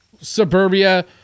suburbia